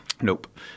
Nope